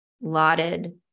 lauded